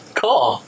cool